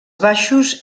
baixos